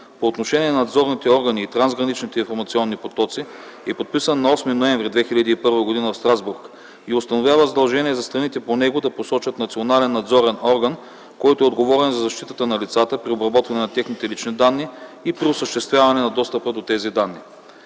по отношение на надзорните органи и трансграничните информационни потоци, е подписан на 8 ноември 2001 г. в Страсбург и установява задължение за страните по него да посочат национален надзорен орган, който е отговорен за защитата на лицата при обработването на техните лични данни и при осъществяването на достъпа до тези данни.